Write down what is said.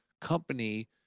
company